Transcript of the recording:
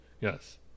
yes